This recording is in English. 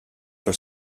for